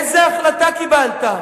איזו החלטה קיבלת?